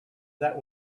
that